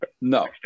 no